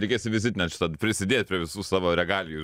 reikės į vizitinę šitą prisidėt prie visų savo regalijų